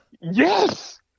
Yes